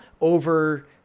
over